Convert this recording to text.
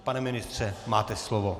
Pane ministře, máte slovo.